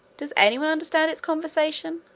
does anyone understand its conversation?